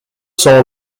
saw